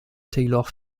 taylor